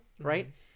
right